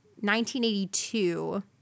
1982